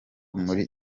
muri